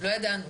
לא ידענו.